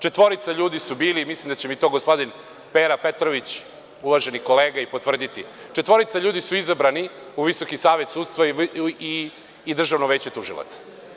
Četvorica ljudi su bili, mislim da će mi to uvaženi kolega Pera Petrović i potvrditi, četvorica ljudi su izabrani u Visokom savetu sudstva i Državnom veću tužilaca.